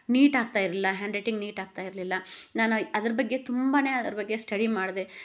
neat ಆಗ್ತಾಯಿರಲಿಲ್ಲ handwriting neat ಆಗ್ತಾಯಿರಲಿಲ್ಲ ನಾನು ಅದ್ರ ಬಗ್ಗೆ ತುಂಬಾನೇ ಅದ್ರ ಬಗ್ಗೆ ಸ್ಟಡಿ ಮಾಡಿದೆ